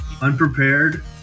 unprepared